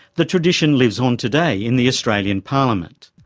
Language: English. the tradition lives on today in the australian parliament.